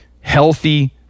healthy